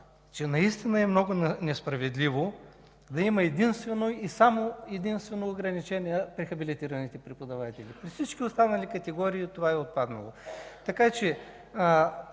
че наистина е много несправедливо да има единствено ограничение само за хабилитираните преподаватели. При всички останали категории това е отпаднало. Много